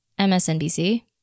MSNBC